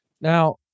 Now